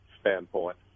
standpoint